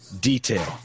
detail